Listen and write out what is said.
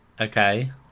Okay